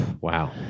Wow